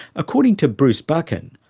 according to bruce buchan,